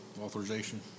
authorization